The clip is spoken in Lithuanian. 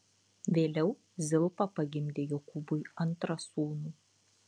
vėliau zilpa pagimdė jokūbui antrą sūnų